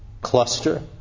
cluster